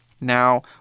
Now